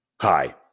Hi